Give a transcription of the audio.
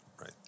Right